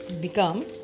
become